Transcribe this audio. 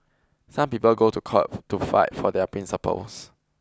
some people go to court to fight for their principles